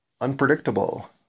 unpredictable